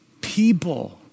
people